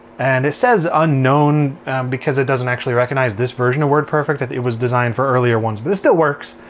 and it says unknown because it doesn't actually recognize this version of wordperfect. it it was designed for earlier ones, but it still works.